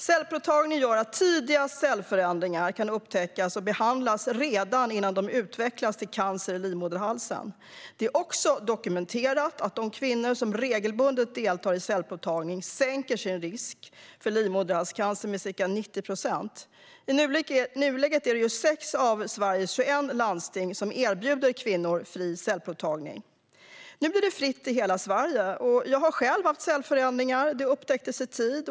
Cellprovtagning gör att tidiga cellförändringar kan upptäckas och behandlas redan innan de utvecklats till cancer i livmoderhalsen. Det är också dokumenterat att de kvinnor som regelbundet deltar i cellprovtagning sänker sin risk för livmoderhalscancer med ca 90 procent. I nuläget är det 6 av Sveriges 21 landsting som erbjuder kvinnor fri cellprovtagning. Det ska nu bli fritt i hela Sverige. Jag har själv haft cellförändringar. De upptäcktes i tid.